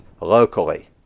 locally